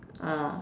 ah